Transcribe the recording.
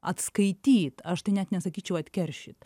atskaityt aš tai net nesakyčiau atkeršyt